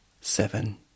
Seven